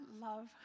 love